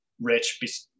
rich